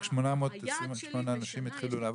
רק 828 אנשים התחילו לעבוד?